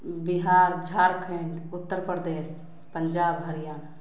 Bihar Jharkhand Uttar Pradesh Punjab Haryana